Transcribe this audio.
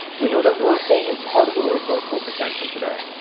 we know that we're only part of the way to our full potential today.